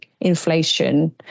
inflation